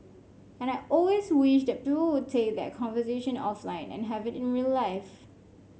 and I always wish that people would take that conversation offline and have it in real life